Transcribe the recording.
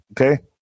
Okay